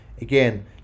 Again